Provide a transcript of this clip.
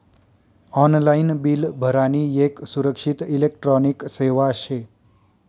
online bill भरानी येक सुरक्षित इलेक्ट्रॉनिक सेवा शे